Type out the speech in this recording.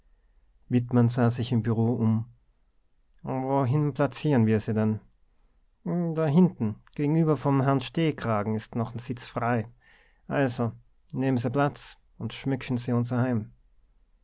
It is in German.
sah sich im bureau um wohin plazieren wir sie denn dahinten gegenüber von herrn stehkragen is noch n sitz frei also nehmen se platz und schmücken se unser